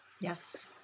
Yes